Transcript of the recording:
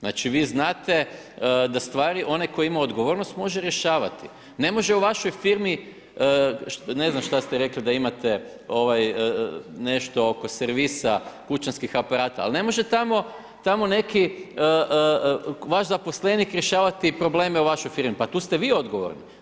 Znači vi znate da ustvari onaj koji ima odgovornost, može rješavati, ne može u vašoj firmi, ne znam šta ste rekli da imate, nešto oko servisa kućanskih aparata, ali ne može tamo neki vaš zaposlenik rješavati probleme u vašoj firmi, pa tu ste vi odgovorni.